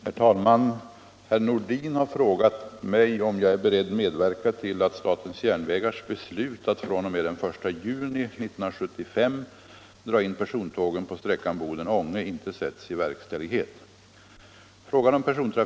Herr talman! Herr Nordin har frågat mig om jag är beredd medverka till att SJ:s beslut att fr.o.m. den 1 juni 1975 dra in persontågen på sträckan Boden-Ånge inte sätts i verkställighet.